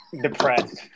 depressed